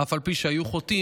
אף על פי שהיו חוטאים,